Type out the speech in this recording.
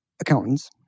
accountants